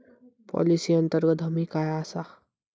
Policy अंतर्गत हमी काय आसा?